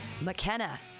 McKenna